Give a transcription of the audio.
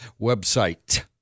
website